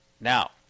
Now